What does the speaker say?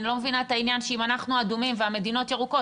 אני לא מבינה את העניין שאם אנחנו אדומים והמדינות ירוקות,